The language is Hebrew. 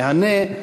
מהנה,